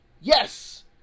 yes